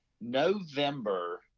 November